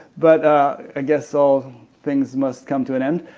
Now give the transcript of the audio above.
but i guess all things must come to an end.